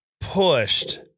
pushed